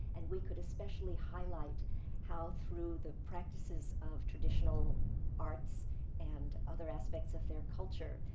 and we could especially highlight how, through the practices of traditional arts and other aspects of their culture,